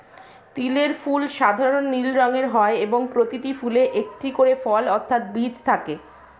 তিলের ফুল সাধারণ নীল রঙের হয় এবং প্রতিটি ফুলে একটি করে ফল অর্থাৎ বীজ থাকে